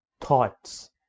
thoughts